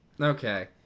Okay